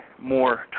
more